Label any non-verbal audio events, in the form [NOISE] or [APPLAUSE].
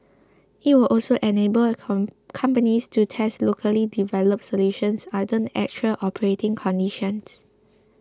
it will also enable [UNINTELLIGIBLE] companies to test locally developed solutions under actual operating conditions